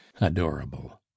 Adorable